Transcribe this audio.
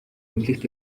эмнэлэгт